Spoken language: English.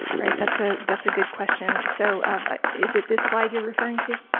right, that's ah that's a good question. so um is it this slide you're referring to?